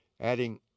adding